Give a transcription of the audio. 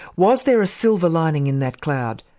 was there a silver lining in that cloud?